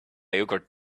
yogurt